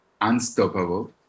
unstoppable